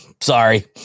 Sorry